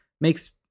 makes